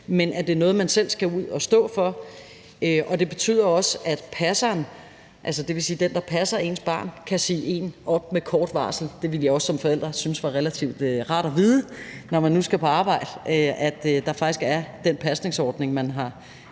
men at det er noget, man selv skal stå for, og det betyder også, at passeren, dvs. den, der passer ens barn, kan sige en op med kort varsel; jeg ville også som forælder synes, at det ville være relativt rart at vide, når man nu skal på arbejde, at der faktisk er den pasningsordning, man har